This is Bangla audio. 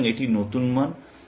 সুতরাং এটি নতুন মান